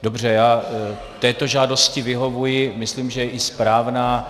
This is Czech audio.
Dobře, já této žádosti vyhovuji, myslím, že je i správná.